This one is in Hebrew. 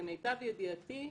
למיטב ידיעתי,